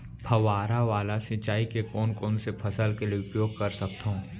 फवारा वाला सिंचाई मैं कोन कोन से फसल के लिए उपयोग कर सकथो?